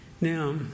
Now